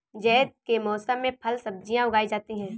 ज़ैद के मौसम में फल सब्ज़ियाँ उगाई जाती हैं